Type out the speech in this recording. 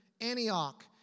Antioch